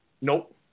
Nope